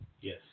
yes